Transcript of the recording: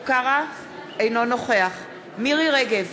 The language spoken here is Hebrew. אינו נוכח מירי רגב,